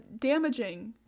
damaging